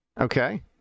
Okay